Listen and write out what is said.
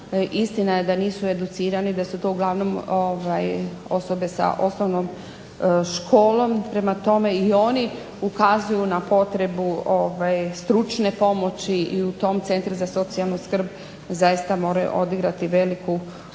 istina je da nisu educirani, da su to uglavnom osobe sa osnovnom školom, prema tome i oni ukazuju na potrebu stručne pomoći i u tom centru za socijalnu skrb zaista moraju odigrati veliku ulogu